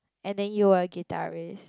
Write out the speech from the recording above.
and then you are a guitarist